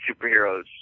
superheroes